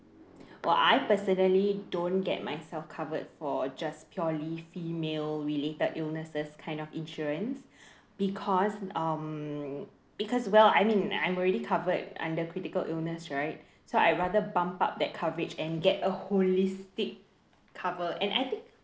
well I personally don't get myself covered for just purely female related illnesses kind of insurance because um because well I mean I'm already covered under critical illness right so I rather bump up that coverage and get a holistic cover and I think